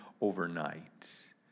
overnight